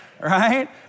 Right